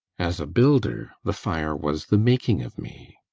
as a builder, the fire was the making of me